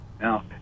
Now